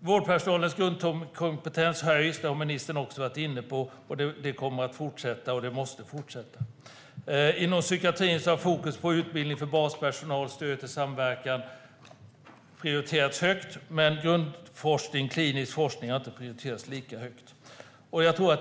Vårdpersonalens grundkompetens höjs. Det har ministern också varit inne på. Det måste fortsätta. Inom psykiatrin har fokus på utbildning för baspersonal och stöd till samverkan prioriterats högt, men grundforskning och klinisk forskning har inte fått lika hög prioritet.